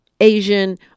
Asian